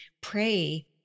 pray